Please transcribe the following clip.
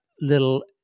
little